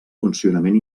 funcionament